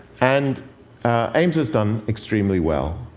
and aims has done extremely well.